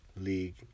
league